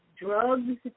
drugs